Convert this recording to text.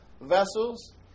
vessels